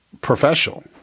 professional